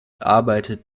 arbeitet